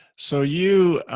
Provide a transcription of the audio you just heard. so you, ah,